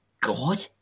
god